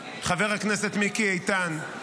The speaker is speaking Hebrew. חבר הכנסת מיקי איתן,